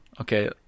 Okay